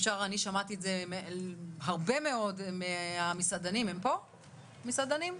אני שמעתי את זה הרבה מאוד מהמסעדנים המסעדנים פה?